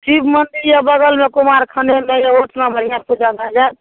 शिब मंदिर यऽ बगलमे कुमारखंडमे इतना बढ़िआँ पूजा भए जाएत